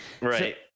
right